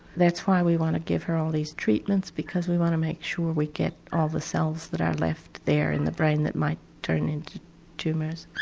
that's why we want to give her all these treatments because we want to make sure we get all the cells that are left there in the brain that might turn into tumours.